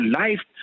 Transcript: life